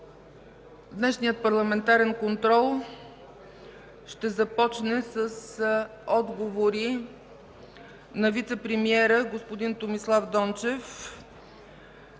Днешният парламентарен контрол ще започне с отговори на вицепремиера господин Томислав Дончев